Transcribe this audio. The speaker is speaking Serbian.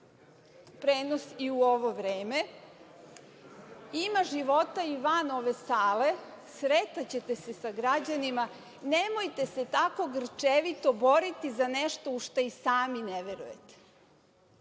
prenos i u ovo vreme. Ima života i van ove sale, sretaćete se sa građanima, nemojte se tako grčevito boriti za nešto u šta i sami ne verujete.